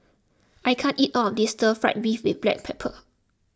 I can't eat all of this Stir Fried Beef with Black Pepper